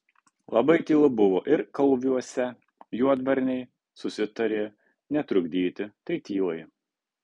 labai tylu buvo ir kalviuose juodvarniai susitarė netrukdyti tai tylai